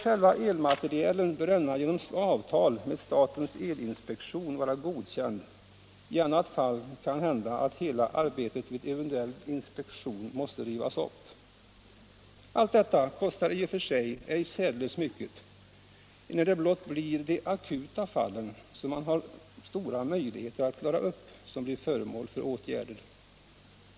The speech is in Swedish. Själva elmaterielen bör genom avtal med statens elinspektion vara godkänd. I annat fall kan det hända att hela arbetet måste ”rivas upp” vid en eventuell inspektion. Allt detta kostar i och för sig inte särdeles mycket, enär det blott blir de akuta fallen, som man har stora möjligheter att klara, som blir föremål för åtgärder.